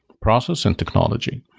process and technology.